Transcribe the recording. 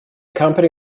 company